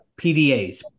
PDAs